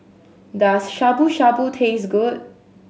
does Shabu Shabu taste good